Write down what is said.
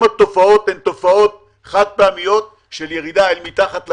התופעות הן חד-פעמיות של ירידה אל מתחת ל-1,000,